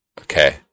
Okay